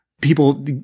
people